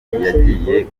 yajyiye